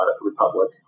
Republic